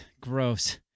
gross